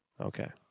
Okay